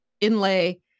inlay